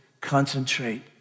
concentrate